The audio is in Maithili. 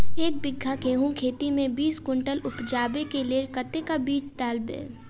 एक बीघा गेंहूँ खेती मे बीस कुनटल उपजाबै केँ लेल कतेक बीज डालबै?